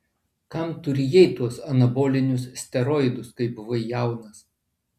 kam tu rijai tuos anabolinius steroidus kai buvai jaunas